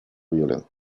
violenta